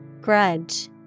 Grudge